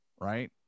right